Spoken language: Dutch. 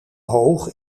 hoog